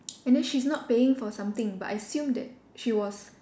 and then she's not paying for something but I assumed that she was